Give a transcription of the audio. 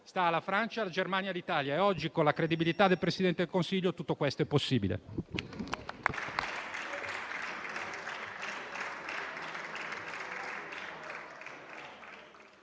Sta alla Francia, alla Germania e all'Italia. Oggi, con la credibilità del Presidente del Consiglio, tutto questo è possibile.